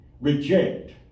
reject